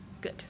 Good